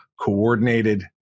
coordinated